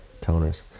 Toners